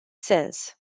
sens